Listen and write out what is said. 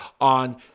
on